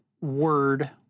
word